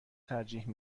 ترجیح